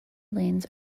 lanes